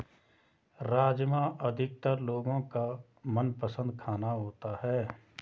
राजमा अधिकतर लोगो का मनपसंद खाना होता है